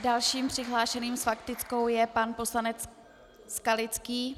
Dalším přihlášeným s faktickou je pan poslanec Skalický.